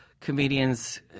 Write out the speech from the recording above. comedians